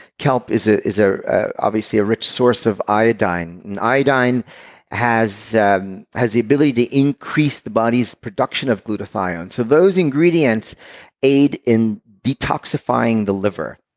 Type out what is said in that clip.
kelp is ah is ah obviously a rich source of iodine, and iodine has the has the ability to increase the body's production of glutathione. so those ingredients aid in detoxifying the liver.